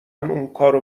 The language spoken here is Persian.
اونکارو